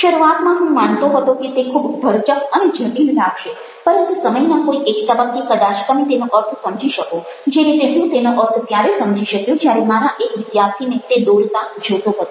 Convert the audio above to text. શરૂઆતમાં હું માનતો હતો કે તે ખૂબ ભરચક અને જટિલ લાગશે પરંતુ સમયના કોઈ એક તબક્કે કદાચ તમે તેનો અર્થ સમજી શકો જે રીતે હું તેનો અર્થ ત્યારે સમજી શક્યો જ્યારે મારા એક વિદ્યાર્થીને તે દોરતા જોતો હતો